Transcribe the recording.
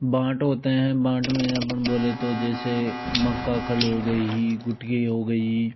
बाँट होते हैं बाँट में अपन बोले तो जैसे मक्का खल हो गई गुटखी हो गई